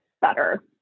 better